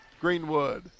Greenwood